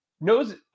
Knows